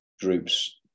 groups